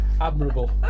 admirable